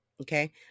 Okay